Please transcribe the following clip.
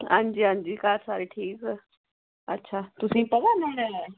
हंजी हंजी घर सारे ठीक अच्छा तुसें गी पता नुहाड़ा